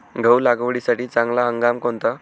गहू लागवडीसाठी चांगला हंगाम कोणता?